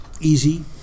easy